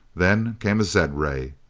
then came a zed-ray.